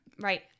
Right